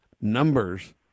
numbers